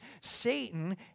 Satan